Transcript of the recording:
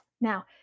Now